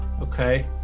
Okay